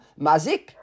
Mazik